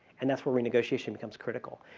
and that's where renegotiation becomes critical.